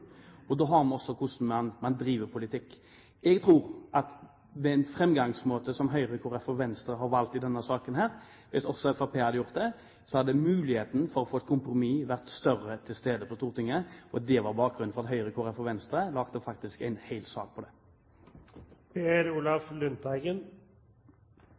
og Venstre har valgt i denne saken, hadde muligheten til å få til et kompromiss på Stortinget vært større. Det er bakgrunnen til at Høyre, Kristelig Folkeparti og Venstre faktisk laget en hel sak på det.